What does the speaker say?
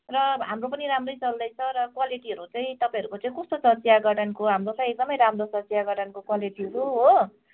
र हाम्रो पनि राम्रै चल्दैछ र क्वालिटीहरू चाहिँ तपाईँहरूको चाहिँ कस्तो छ चिया गार्डेनको हाम्रो त एकदमै राम्रो छ चिया गार्डनको क्वालिटीहरू हो